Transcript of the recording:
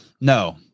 No